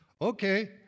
okay